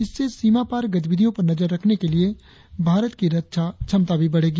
इससे सीमा पार गतिविधियों पर नजर रखने के लिए भारत की रक्षा क्षमता भी बढ़ेगी